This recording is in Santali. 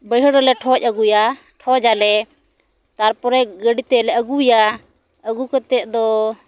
ᱵᱟᱹᱭᱦᱟᱹᱲ ᱨᱮᱞᱮ ᱴᱷᱚᱡ ᱟᱹᱜᱩᱭᱟ ᱴᱷᱚᱡᱟᱞᱮ ᱛᱟᱨᱯᱚᱨᱮ ᱜᱟᱹᱰᱤ ᱛᱮᱞᱮ ᱟᱹᱜᱩᱭᱟ ᱟᱹᱜᱩ ᱠᱟᱛᱮᱫ ᱫᱚ